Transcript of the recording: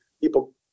People